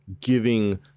giving